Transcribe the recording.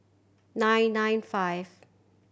nine nine five